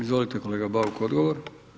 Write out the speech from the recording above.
Izvolite kolega Bauk, odgovor.